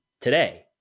today